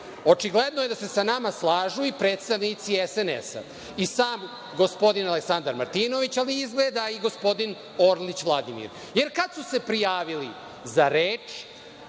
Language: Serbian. očigledno je da se sa nama slažu i predstavnici SNS. I sam gospodin Aleksandar Martinović, ali izgleda i gospodin Orlić Vladimir, jer kada su se prijavili za reč,